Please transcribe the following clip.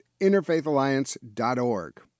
interfaithalliance.org